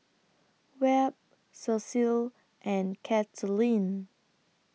Webb Cecil and Katelynn